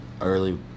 early